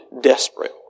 desperate